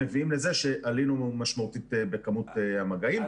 מביאים לכך שעלינו משמעותית בכמות המגעים.